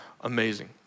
amazing